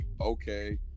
okay